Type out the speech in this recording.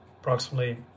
approximately